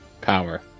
Power